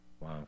wow